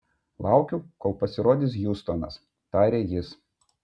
laukiu kol pasirodys hjustonas tarė jis